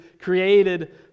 created